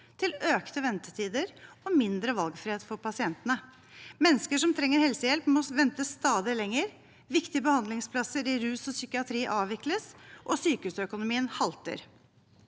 til økte ventetider og mindre valgfrihet for pasientene. Mennesker som trenger helsehjelp, må vente stadig lenger. Viktige behandlingsplasser innen rus og psykiatri avvikles, og sykehusøkonomien halter.